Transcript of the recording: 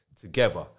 together